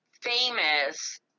famous